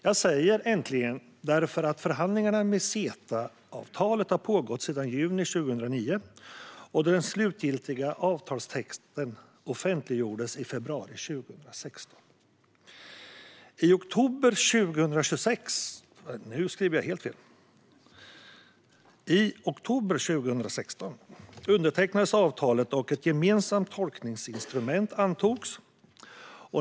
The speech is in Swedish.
Jag säger äntligen därför att förhandlingarna om CETA-avtalet har pågått sedan juni 2009, och den slutgiltiga avtalstexten offentliggjordes i februari 2016. I oktober 2016 undertecknades avtalet, och ett gemensamt tolkningsinstrument antogs.